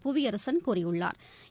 புவியரசன் கூறியுள்ளாா்